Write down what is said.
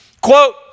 Quote